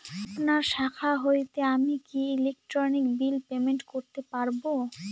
আপনার শাখা হইতে আমি কি ইলেকট্রিক বিল পেমেন্ট করতে পারব?